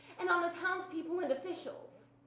and on the townspeople and officials.